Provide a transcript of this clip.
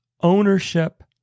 Ownership